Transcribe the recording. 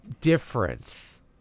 difference